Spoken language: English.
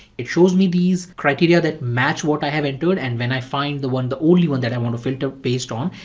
it shows me these criteria that match what i have entered and when i find the one, the only one that i want to filter based on,